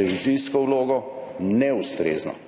revizijsko vlogo, neustrezno.